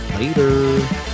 Later